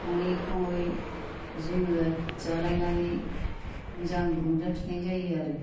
सङै खावै जोङो जालायनानै मोजां रंजाफिननाय जायो आरो